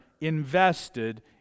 invested